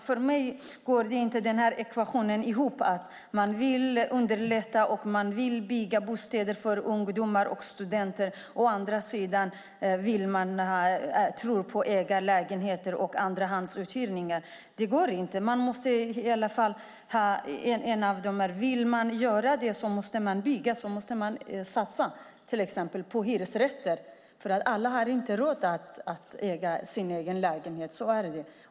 Fru talman! Ekvationen går inte ihop. Å ena sidan vill man underlätta ett byggande av bostäder för ungdomar och studenter, å andra sidan tror man på ägarlägenheter och andrahandsuthyrning. Det går inte. Man måste ha en av dem. Om man vill göra så måste man bygga och satsa på hyresrätter. Alla har inte råd att äga sin egen lägenhet. Så är det.